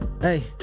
Hey